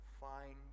find